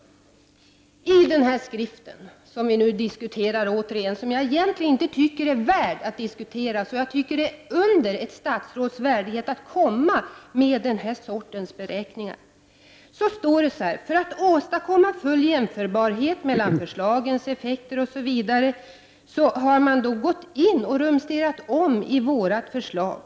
Den skrift som vi nu diskuterar är egentligen inte värd att diskutera. Det är under ett statsråds värdighet att lägga fram sådana här beräkningar. För att åstadkomma full jämförbarhet mellan förslagens effekter, som ni säger, har ni gått in och rumsterat om i vårt förslag.